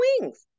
wings